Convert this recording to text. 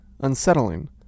unsettling